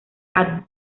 abdul